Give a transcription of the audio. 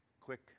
quick